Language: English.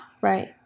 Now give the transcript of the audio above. Right